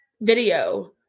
video